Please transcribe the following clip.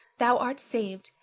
thou art saved,